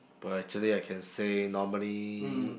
but actually I can say normally